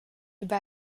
über